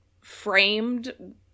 framed